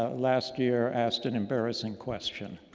ah last year, asked an embarrassing question.